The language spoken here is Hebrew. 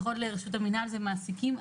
לפחות לרשות המנהל, אלה המעסיקים.